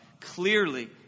clearly